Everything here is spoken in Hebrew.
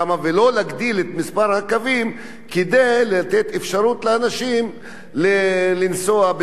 מספר הקווים כדי לתת אפשרות לאנשים לנסוע בצורה יותר טובה?